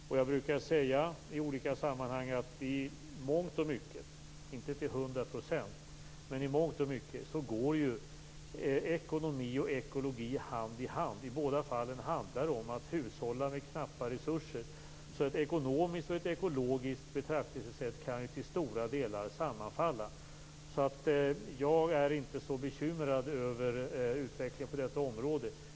Jag brukar säga i olika sammanhang att i mångt och mycket, men inte till 100 %, går ju ekonomi och ekologi hand i hand. I båda fallen handlar det om att hushålla med knappa resurser. Ett ekonomiskt och ett ekologiskt betraktelsesätt kan ju till stora delar sammanfalla. Jag är inte så bekymrad över utvecklingen på detta område.